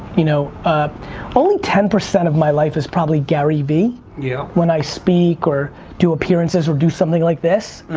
you know ah only ten percent of my life is probably gary vee yeah when i speak or do appearances or do something like this.